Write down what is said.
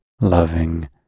loving